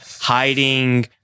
hiding